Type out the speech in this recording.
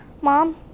Mom